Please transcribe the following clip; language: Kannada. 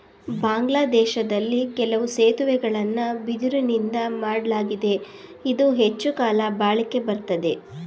ಬಾಂಗ್ಲಾದೇಶ್ದಲ್ಲಿ ಕೆಲವು ಸೇತುವೆಗಳನ್ನ ಬಿದಿರುನಿಂದಾ ಮಾಡ್ಲಾಗಿದೆ ಇದು ಹೆಚ್ಚುಕಾಲ ಬಾಳಿಕೆ ಬರ್ತದೆ